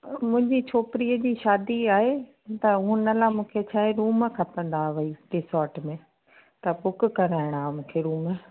मुंहिंजी छोकिरीअ जी शादी आहे त उन लाइ मूंखे छा आहे रूम खपंदा हुअई रिसॉर्ट में त बुक कराइणा मूंखे रूम